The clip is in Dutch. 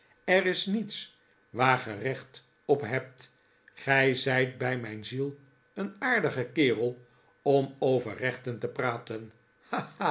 gij is niets waar ge recht op hebt gij zijt bij mijn ziel een aardige kerel om over rechten te praten